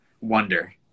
wonder